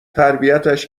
تربیتش